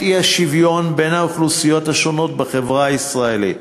האי-שוויון בין האוכלוסיות השונות בחברה הישראלית.